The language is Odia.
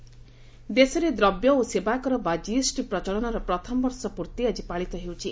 ସେଣ୍ଟର କିଏସଟି ଦେଶରେ ଦ୍ରବ୍ୟ ଓ ସେବାକର ବା ଜିଏସ୍ଟି ପ୍ରଚଳନର ପ୍ରଥମ ବର୍ଷ ପୂର୍ତ୍ତି ଆକି ପାଳିତ ହେଉଛି